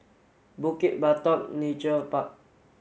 Bukit Batok Nature Park